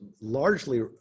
largely